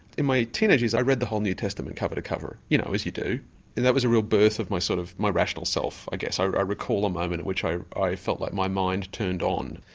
in my teenage years i read the whole new testament cover to cover, you know, as you do and that was a real birth of my sort of my rational self i guess. i recall a moment in which i i felt like my mind turned on.